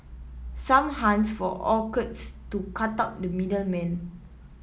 some hunt for orchards to cut out the middle man